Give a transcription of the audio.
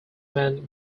man